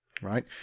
Right